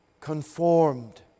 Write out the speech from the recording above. conformed